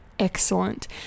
Excellent